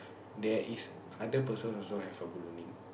there is other person also have a